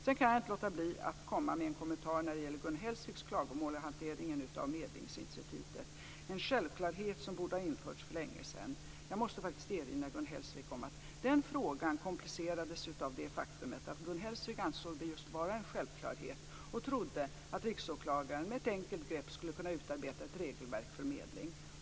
Jag kan inte låta bli att kommentera Gun Hellsviks klagomål över hanteringen av medlingsinstitutet - en självklarhet som borde ha införts för länge sedan. Jag måste erinra Gun Hellsvik om att den frågan komplicerades av det faktum att Gun Hellsvik ansåg det vara just en självklarhet och trodde att Riksåklagaren med ett enkelt grepp skulle kunna utarbeta ett regelverk för medling.